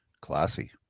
Classy